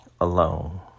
alone